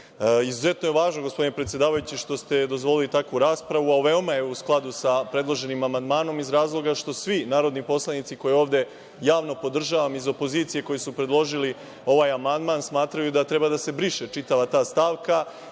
budžeta. Izuzetno je važno gospodine predsedavajući što ste dozvolili takvu raspravu, a veoma je u skladu sa predloženim amandmanom iz razloga što svi narodni poslanici koje ovde javno podržavam iz opozicije, koji su predložili ovaj amandman smatraju da treba da se briše ta čitava stavka,